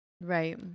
Right